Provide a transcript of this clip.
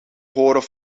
horen